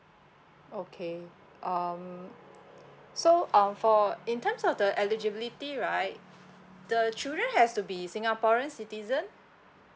okay um so um for in terms of the eligibility right the children has to be singaporean citizen